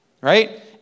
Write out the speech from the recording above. right